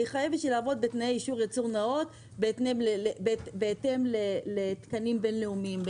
היא חייבת לעבוד בתנאי אישור ייצור נאות בהתאם לתקנים בין-לאומיים.